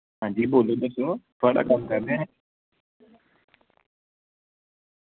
अंजी बोल्लो दस्सो थुआढ़ा दफ्तर ऐ